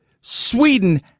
Sweden